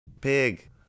pig